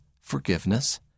forgiveness